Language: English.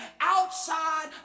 outside